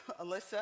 Alyssa